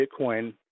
Bitcoin